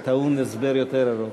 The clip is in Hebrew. שהוא טעון הסבר יותר ארוך.